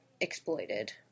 exploited